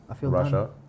Russia